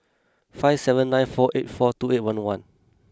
five seven nine four eight four two eight one one